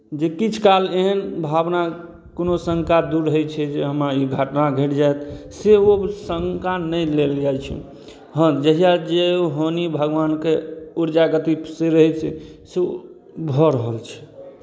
जे किछु काल एहन भावना कोनो शङ्का दूर होइ छै जे हमरा ई घटना घटि जायत से ओ शङ्का नहि लेल जाइ छनि हँ जहिआ जे होनी भगवानके ऊर्जागतिसँ रहै छै से ओ भऽ रहल छै